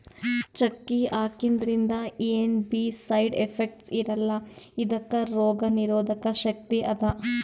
ಚಕ್ಕಿ ಹಾಕಿದ್ರಿಂದ ಏನ್ ಬೀ ಸೈಡ್ ಎಫೆಕ್ಟ್ಸ್ ಇರಲ್ಲಾ ಇದಕ್ಕ್ ರೋಗ್ ನಿರೋಧಕ್ ಶಕ್ತಿ ಅದಾ